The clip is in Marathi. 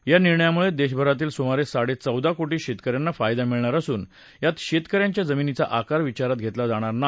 या निर्णयामुळे देशभरातील सुमारसिाडद्वींदा कोटी शेतक यांना फायदा मिळणार असून यात शेतकऱ्यांच्या जमिनीचा आकार विचारात घेतला जाणार नाही